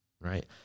right